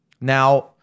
Now